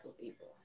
people